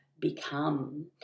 become